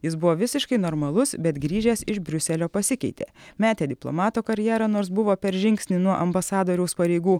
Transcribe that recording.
jis buvo visiškai normalus bet grįžęs iš briuselio pasikeitė metė diplomato karjerą nors buvo per žingsnį nuo ambasadoriaus pareigų